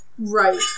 Right